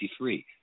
1963